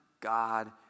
God